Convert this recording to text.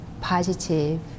positive